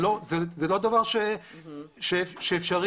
זה לא דבר שאפשרי.